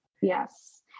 Yes